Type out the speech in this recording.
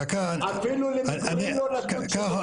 אפילו למגורים לא נתנו תשובות --- דקה,